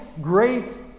great